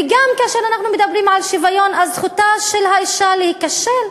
וכשמדברים על שוויון, אז, זכותה של האישה להיכשל,